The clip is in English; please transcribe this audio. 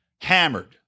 hammered